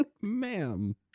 ma'am